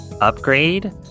upgrade